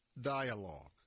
dialogue